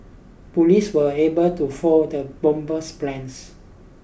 police were able to foil the bomber's plans